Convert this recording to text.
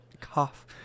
Cough